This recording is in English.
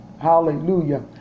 Hallelujah